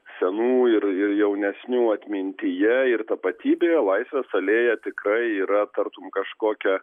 senų ir ir jaunesnių atmintyje ir tapatybė laisvės alėja tikrai yra tartum kažkokia